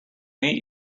meet